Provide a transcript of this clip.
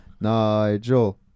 Nigel